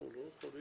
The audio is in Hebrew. אנחנו לא יכולים